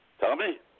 Tommy